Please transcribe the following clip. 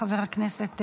חבר הכנסת עמאר,